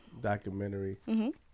documentary